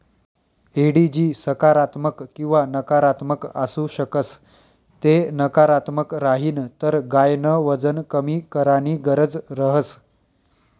एडिजी सकारात्मक किंवा नकारात्मक आसू शकस ते नकारात्मक राहीन तर गायन वजन कमी कराणी गरज रहस